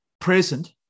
present